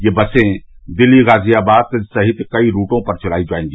ये बसे दिल्ली गाजियाबाद सहित कई रूटों पर चलाई जायेंगी